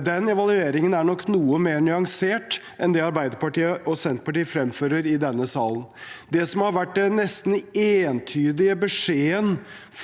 Den evalueringen er nok noe mer nyansert enn det Arbeiderpartiet og Senterpartiet fremfører i denne salen. Det som har vært den nesten entydige beskjeden